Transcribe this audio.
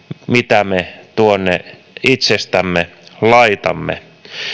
mitä me tuonne itsestämme laitamme